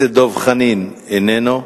חבר הכנסת דב חנין, אינו נוכח.